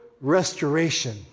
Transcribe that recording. restoration